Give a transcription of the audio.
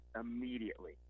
immediately